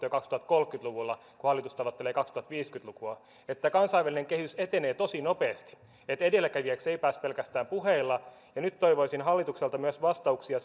jo kaksituhattakolmekymmentä luvulla kun hallitus tavoittelee kaksituhattaviisikymmentä lukua tämä kansainvälinen kehitys etenee tosi nopeasti ja edelläkävijäksi ei pääse pelkästään puheilla nyt toivoisin hallitukselta myös vastauksia